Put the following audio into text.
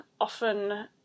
often